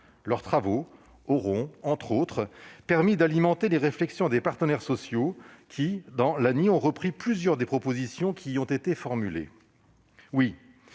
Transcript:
Leurs travaux auront, entre autres, permis d'alimenter les réflexions des partenaires sociaux qui, dans l'ANI, ont repris plusieurs des propositions formulées.